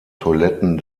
toiletten